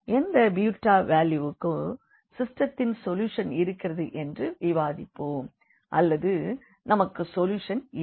எந்த பீட்டா வேல்யூக்கு சிஸ்டத்தின் சொல்யூஷன் இருக்கிறது என்று விவாதிப்போம் அல்லது நமக்கு சொல்யூஷன் இல்லை